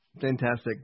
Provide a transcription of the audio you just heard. Fantastic